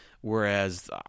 Whereas